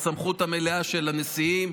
בסמכות המלאה של הנשיאים,